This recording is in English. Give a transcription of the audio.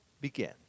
began